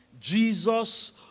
Jesus